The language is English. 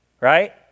Right